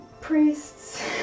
priests